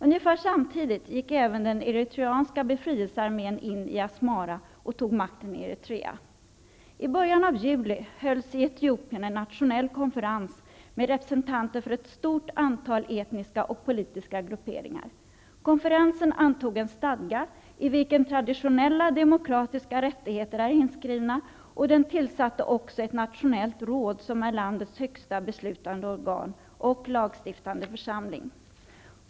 Ungefär samtidigt gick även den eritreanska befrielsearmén in i Asmara och tog makten i Eritrea. I början av juli hölls i Etiopien en nationell konferens med representanter för ett stort antal etniska och politiska grupperingar. Konferensen antog en stadga, i vilken traditionella demokratiska rättigheter är inskrivna, och den tillsatte också ett nationellt råd som är landets högsta beslutande organ och lagstiftande församling.